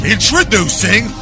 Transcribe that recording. Introducing